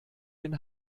den